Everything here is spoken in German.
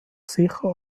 sicher